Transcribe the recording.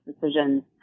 decisions